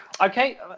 Okay